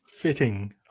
fitting